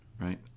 right